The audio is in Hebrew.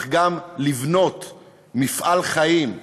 אך גם לבנות מפעל חיים,